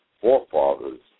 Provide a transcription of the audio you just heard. forefathers